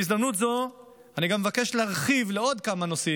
בהזדמנות זו אני גם מבקש להרחיב לעוד כמה נושאים,